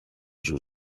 żył